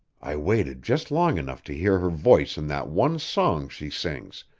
i waited just long enough to hear her voice in that one song she sings,